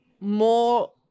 more